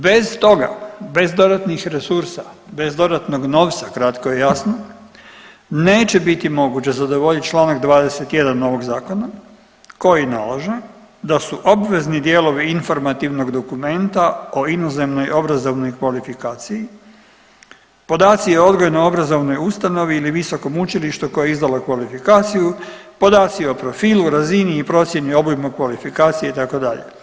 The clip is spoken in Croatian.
Bez toga, bez dodatnih resursa, bez dodatnog novca kratko i jasno neće biti moguće zadovoljiti članak 21. ovog zakona koji nalaže da su obvezni dijelovi informativnog dokumenta o inozemnoj obrazovnoj kvalifikaciji podaci o odgojno-obrazovnoj ustanovi ili visokom učilištu koje je izdalo kvalifikaciju, podaci o profilu, razini i procjeni obima kvalifikacije itd.